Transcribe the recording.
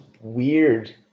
weird